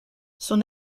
son